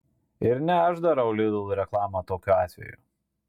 ir ne aš darau lidl reklamą tokiu atveju